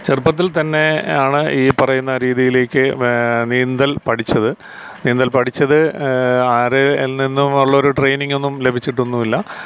ചെറുപ്പത്തിൽത്തന്നെ ആണ് ഈ പറയുന്ന രീതിയിലേക്ക് നീന്തൽ പഠിച്ചത് നീന്തൽ പഠിച്ചത് ആരിൽ നിന്നുമുള്ളൊരു ട്രെയിനിങ്ങൊന്നും ലഭിച്ചിട്ടൊന്നുമില്ല